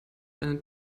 einen